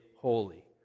holy